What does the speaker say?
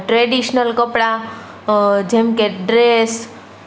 traditional કપડાં જેમકે dress